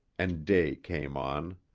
and day came on.